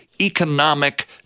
economic